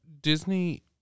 Disney